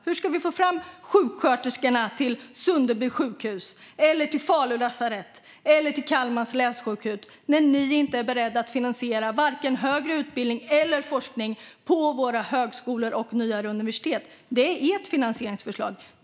Hur ska vi få fram sjuksköterskorna till Sunderby sjukhus, till Falu lasarett eller till Kalmars länssjukhus när ni inte är beredda att finansiera vare sig högre utbildning eller forskning på våra högskolor och nyare universitet? Det är ert finansieringsförslag.